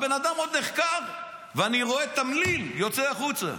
הבן אדם עוד נחקר, ואני רואה תמליל יוצא החוצה,